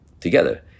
together